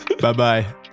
Bye-bye